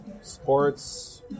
sports